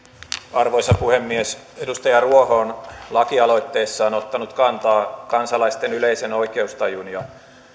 arvoisa puhemies edustaja ruoho on lakialoitteessaan ottanut kantaa kansalaisten yleisen oikeustajun ja